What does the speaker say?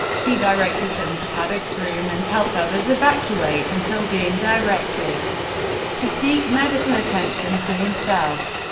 he directed them to paddock's room and helped others evacuate until being directed to seek medical attention for himself.